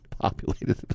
Populated